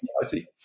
society